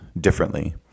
differently